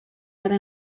gara